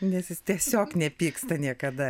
nes jis tiesiog nepyksta niekada